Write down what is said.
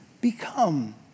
become